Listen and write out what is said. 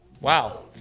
Wow